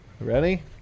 Ready